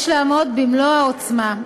יש לעמוד במלוא העוצמה,